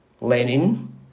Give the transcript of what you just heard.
Lenin